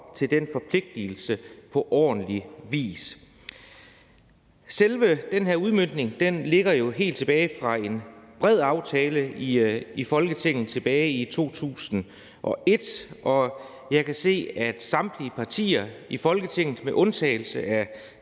til den forpligtelse på ordentlig vis. Selve den her udmøntning stammer jo helt tilbage fra en bred aftale i Folketinget i 2021, og jeg kan se, at samtlige partier i Folketinget med undtagelse af